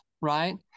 right